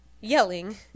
Yelling